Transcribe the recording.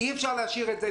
אי אפשר להשאיר את זה.